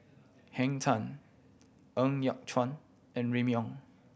Henn Tan Ng Yat Chuan and Remy Ong